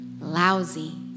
lousy